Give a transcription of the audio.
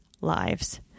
lives